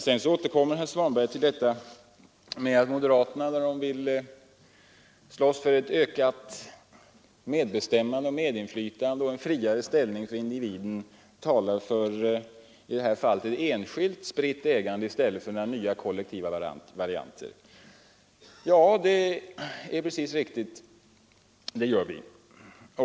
Sedan återkommer herr Svanberg till detta att moderaterna när de vill slåss för ett ökat medinflytande och en friare ställning för individen i det här fallet talar för ett enskilt spritt ägande i stället för några nya kollektiva varianter. Det är helt riktigt att vi gör det.